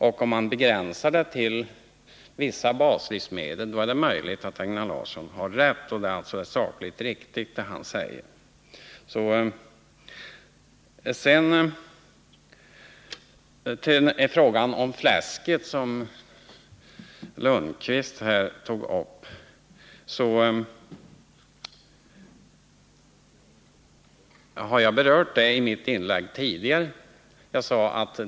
Om gränsen dras vid vissa baslivsmedel är det möjligt att det Einar Larsson säger är sakligt riktigt. Svante Lundkvist tog upp frågan om fläsket, och den har jag berört i mitt tidigare inlägg.